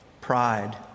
pride